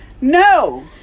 No